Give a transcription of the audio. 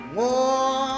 more